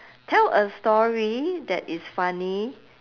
tell a story that is funny